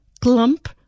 clump